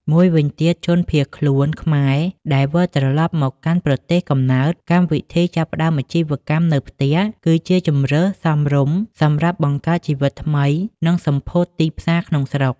មួយវិញទៀតជនភៀសខ្លួនខ្មែរ ដែលវិលត្រឡប់មកកាន់ប្រទេសកំណើត កម្មវិធីចាប់ផ្តើមអាជីវកម្មនៅផ្ទះគឺជាជម្រើសសមរម្យសម្រាប់បង្កើតជីវិតថ្មី និងសម្ភោធទីផ្សារថ្មីក្នុងស្រុក។